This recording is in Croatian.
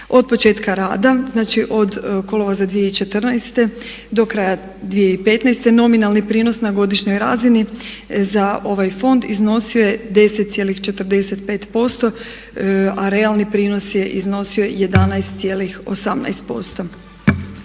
Od početka rada, znači od kolovoza 2014. do kraja 2015. nominalni prinos na godišnjoj razini za ovaj fond iznosio je 10,45% a realni prinos je iznosio 11,18%.